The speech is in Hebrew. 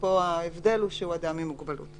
פה ההבדל הוא שזה אדם עם מוגבלות.